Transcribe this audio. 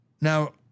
Now